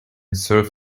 surf